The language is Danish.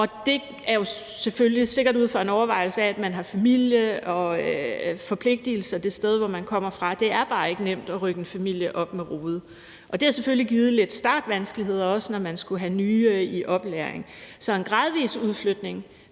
Det er jo selvfølgelig sikkert ud fra en overvejelse af, at man har familie og forpligtelser det sted, hvor man kommer fra. Det er bare ikke nemt at rykke en familie op med rode, og det har selvfølgelig givet lidt startvanskeligheder, også når man skulle have nye i oplæring. Så en gradvis udflytning